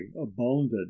abounded